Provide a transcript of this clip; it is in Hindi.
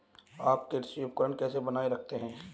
आप कृषि उपकरण कैसे बनाए रखते हैं?